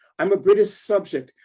i'm a british subject.